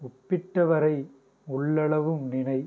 உப்பிட்டவரை உள்ளளவும் நினை